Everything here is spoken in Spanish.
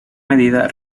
medida